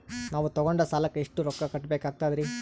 ನಾವು ತೊಗೊಂಡ ಸಾಲಕ್ಕ ಎಷ್ಟು ರೊಕ್ಕ ಕಟ್ಟಬೇಕಾಗ್ತದ್ರೀ?